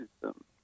system